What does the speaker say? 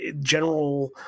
general